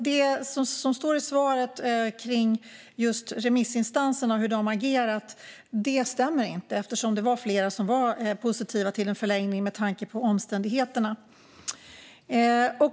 Det som står i svaret om remissinstanserna och hur de agerat stämmer inte, eftersom det var flera som var positiva till en förlängning med tanke på omständigheterna.